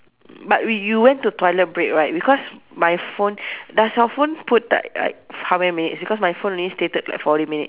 but we you went to toilet break right because my phone does our phone put like like how many minutes because my phone only stated like forty minutes